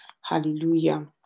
Hallelujah